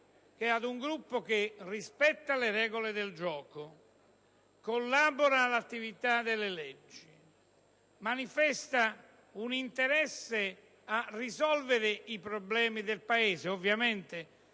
di un Gruppo che rispetta le regole del gioco, collabora all'attività di formazione delle leggi e manifesta un interesse a risolvere i problemi del Paese, ovviamente